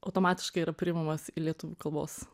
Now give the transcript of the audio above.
automatiškai yra priimamas į lietuvių kalbos